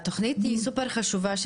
התכנית של הצוערים היא סופר חשובה,